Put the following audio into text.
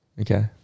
Okay